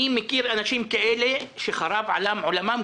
אני מכיר אנשים כאלה שחרב עליהם עולמם.